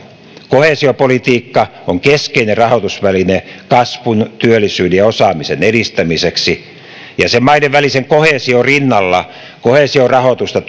koheesiopolitiikka on keskeinen rahoitusväline kasvun työllisyyden ja osaamisen edistämiseksi jäsenmaiden välisen koheesion rinnalla koheesiorahoitusta